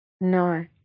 No